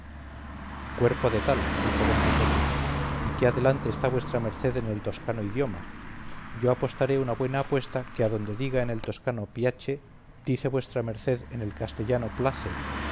cuerpo de tal dijo don quijote y qué adelante está vuesa merced en el toscano idioma yo apostaré una buena apuesta que adonde diga en el toscano piache dice vuesa merced en el castellano place